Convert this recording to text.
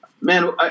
man